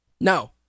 No